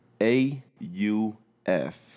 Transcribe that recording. A-U-F